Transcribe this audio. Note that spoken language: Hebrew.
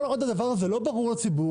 כל עוד הדבר הזה לא ברור לציבור,